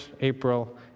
April